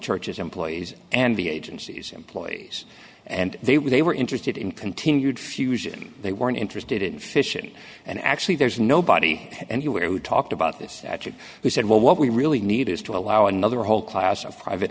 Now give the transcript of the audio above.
church's employees and the agency's employees and they were they were interested in continued fusion they weren't interested in fission and actually there's nobody anywhere who talked about this at it who said well what we really need is to allow another whole class of private